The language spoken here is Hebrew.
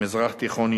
הסכסוך הזה,